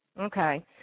Okay